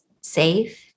safe